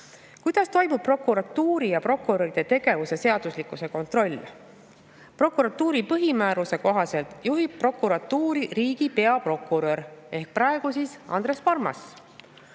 toimub prokuratuuri ja prokuröride tegevuse seaduslikkuse kontroll? Prokuratuuri põhimääruse kohaselt juhib prokuratuuri riigi peaprokurör, praegu siis Andres Parmas.